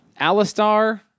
Alistar